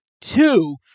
Two